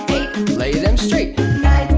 lay them straight but